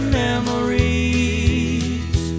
memories